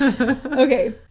Okay